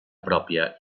pròpia